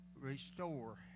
restore